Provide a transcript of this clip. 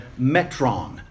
metron